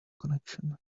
connection